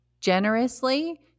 generously